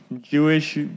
Jewish